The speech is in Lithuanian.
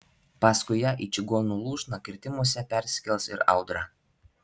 paskui ją į čigonų lūšną kirtimuose persikels ir audra